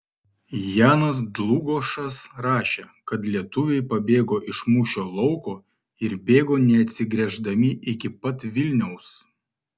janas dlugošas rašė kad lietuviai pabėgo iš mūšio lauko ir bėgo neatsigręždami iki pat vilniaus